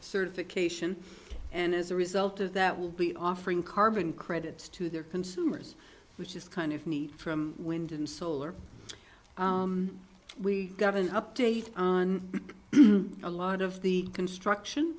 certification and as a result of that will be offering carbon credits to their consumers which is kind of neat from wind and solar we got an update on a lot of the construction